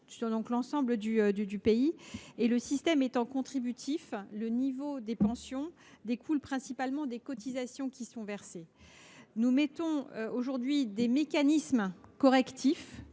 dans l’ensemble du pays et, le système étant contributif, le niveau des pensions découle principalement des cotisations versées. Nous appliquons toutefois des mécanismes correctifs,